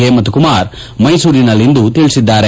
ಹೇಮಂತ್ ಕುಮಾರ್ ಮೈಸೂರಿನಲ್ಲಿಂದು ತಿಳಬಿದ್ದಾರೆ